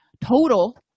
total